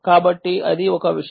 కాబట్టి అది ఒక విషయం